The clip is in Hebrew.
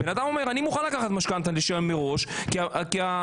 בן-אדם אומר: אני מוכן לקחת משכנתא ולשלם מראש כי הסכומים